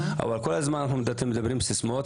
אבל כל הזמן אתם מדברים סיסמאות,